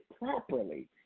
properly